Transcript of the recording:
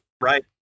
right